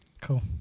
Cool